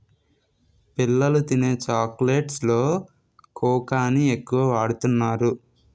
పిల్లలు తినే చాక్లెట్స్ లో కోకాని ఎక్కువ వాడుతున్నారు